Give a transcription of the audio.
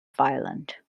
violent